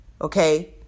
Okay